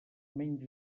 menys